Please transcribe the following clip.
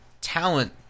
talent